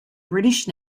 british